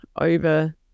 over